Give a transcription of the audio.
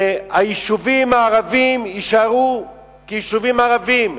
והיישובים הערביים יישארו כיישובים ערביים.